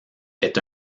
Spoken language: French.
est